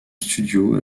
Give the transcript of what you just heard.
studio